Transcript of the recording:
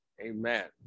Amen